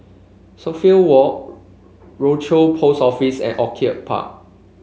Suffolk Walk Rochor Post Office and Orchid Park